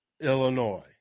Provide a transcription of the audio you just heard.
Illinois